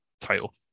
title